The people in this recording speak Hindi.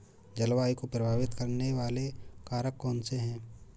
जलवायु को प्रभावित करने वाले कारक कौनसे हैं?